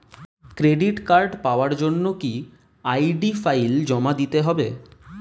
Credit card পাওয়ার জন্য কি আই.ডি ফাইল জমা দিতে হবে?